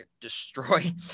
destroy